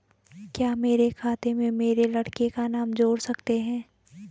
क्या मेरे खाते में मेरे लड़के का नाम जोड़ सकते हैं?